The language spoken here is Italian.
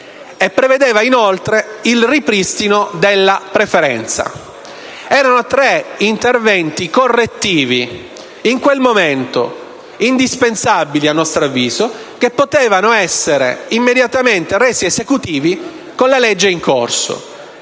due mandati e il ripristino della preferenza. Erano tre interventi correttivi, in quel momento indispensabili, a nostro avviso, che potevano essere immediatamente resi operativi con la legge vigente,